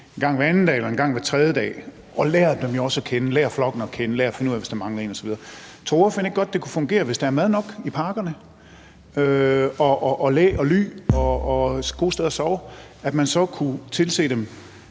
en gang hver anden dag eller en gang hver tredje dag og lære dem at kende, lære flokken at kende, lære at finde ud af, hvis der mangler en osv. Tror ordføreren ikke godt, det kunne fungere, hvis der er mad og læ og ly og gode steder at sove nok i parkerne, og at man så kunne tilse dem